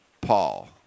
Paul